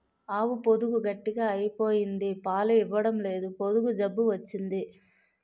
ఆవు పొదుగు గట్టిగ అయిపోయింది పాలు ఇవ్వడంలేదు పొదుగు జబ్బు వచ్చింది